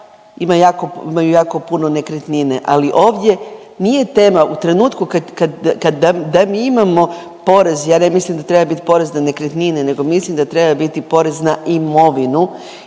imaju jako puno nekretnine ali ovdje nije tema u trenutku kad, kad, da mi imamo porez, ja ne mislim da treba bit porez na nekretnine, nego mislim da treba biti porez na imovinu